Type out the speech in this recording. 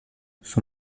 son